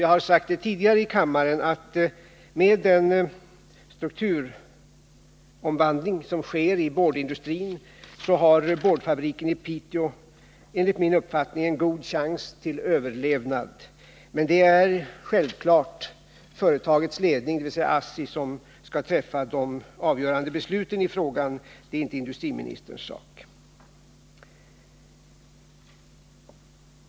Jag har sagt tidigare i kammaren att med den strukturomvandling som sker inom boardindustrin har boardfabriken i Piteå enligt min uppfattning en god chans till överlevnad. Men det är självfallet företagets ledning, dvs. ASSI, som skall träffa de avgörande besluten i frågan — det är inte industriministerns sak.